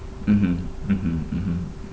mmhmm mmhmm mmhmm